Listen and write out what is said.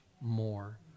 more